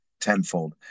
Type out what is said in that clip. tenfold